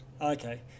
Okay